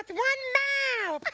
and one mouth! but